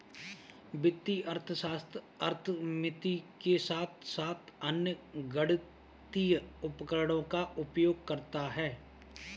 वित्तीय अर्थशास्त्र अर्थमिति के साथ साथ अन्य गणितीय उपकरणों का उपयोग करता है